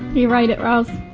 you rate it riles.